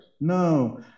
no